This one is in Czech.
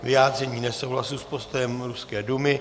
Vyjádření nesouhlasu s postojem ruské Dumy.